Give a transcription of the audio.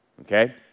okay